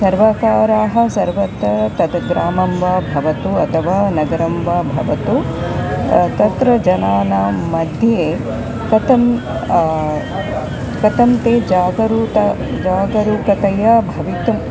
सर्वकाराः सर्वत्र तद् ग्रामं वा भवतु अथवा नगरं वा भवतु तत्र जनानां मध्ये कथं कथं ते जागरूता जागरूकतया भवितुम्